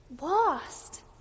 lost